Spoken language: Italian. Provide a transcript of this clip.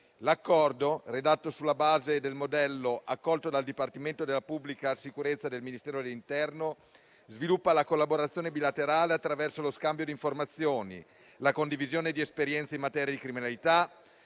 L'Accordo, redatto sulla base del modello accolto dal Dipartimento della pubblica sicurezza del Ministero dell'interno, sviluppa la collaborazione bilaterale attraverso lo scambio di informazioni, la condivisione di esperienze in materia di criminalità